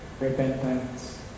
repentance